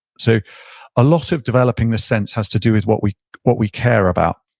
so a lot of developing this sense has to do with what we what we care about,